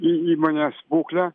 įmonės būklę